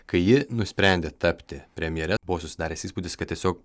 kai ji nusprendė tapti premjere buvo susidaręs įspūdis kad tiesiog